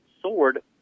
sword